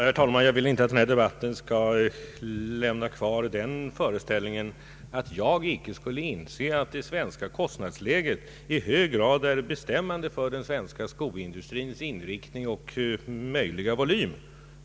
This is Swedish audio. Herr talman! Jag vill inte att den här debatten skall lämna kvar den föreställningen att jag icke skulle inse att det svenska kostnadsläget i hög grad är bestämmande för den svenska skoindustrins inriktning och möjliga volym.